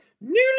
newly